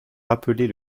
rappeler